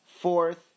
fourth